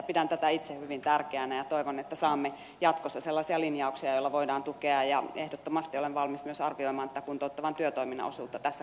pidän tätä itse hyvin tärkeänä ja toivon että saamme jatkossa sellaisia linjauksia joilla voidaan tätä tukea ja ehdottomasti olen valmis myös arvioimaan tätä kuntouttavan työtoiminnan osuutta tässä kokonaisuudessa